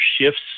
shifts